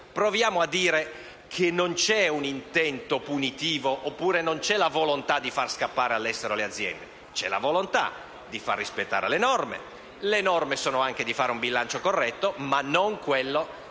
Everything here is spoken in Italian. proviamo a dire che non c'è un intento punitivo o la volontà di far scappare all'estero le aziende. C'è la volontà di far rispettare le norme, che prevedono anche di fare un bilancio corretto, ma non di